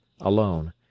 alone